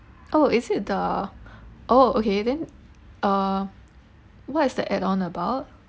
oh is it the oh okay then uh what is the add-on about